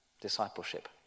discipleship